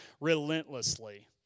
relentlessly